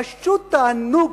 פשוט תענוג.